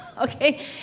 okay